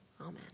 Amen